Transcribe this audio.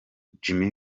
jimmy